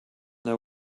der